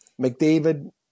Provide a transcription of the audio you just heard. McDavid